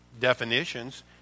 definitions